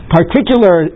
particular